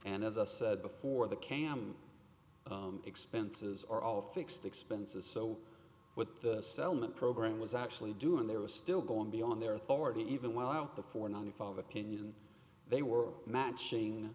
and as i said before the cam expenses are all fixed expenses so what the settlement program was actually doing there was still going beyond their authority even while out the four ninety five opinion they were matching